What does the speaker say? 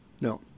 No